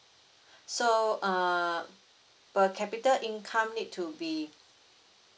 so err per capita income need to be